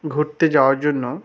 ঘুরতে যাওয়ার জন্য